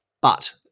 But-